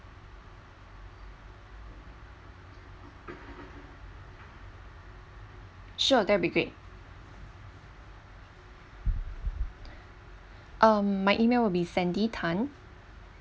sure that will be great um my email will be sandy tan